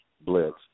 blitz